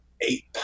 eight